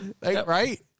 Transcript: Right